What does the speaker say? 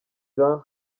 jean